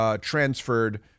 Transferred